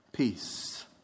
Peace